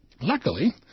Luckily